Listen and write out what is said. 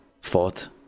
fought